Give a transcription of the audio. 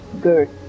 good